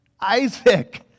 Isaac